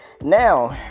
Now